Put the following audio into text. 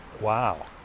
wow